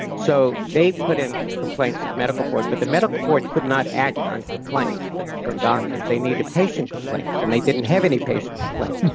so they put in complaints to the medical board, but the medical board could not act on complaints from doctors, they needed patient complaints and they didn't have any patient complaints.